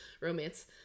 romance